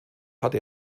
hatte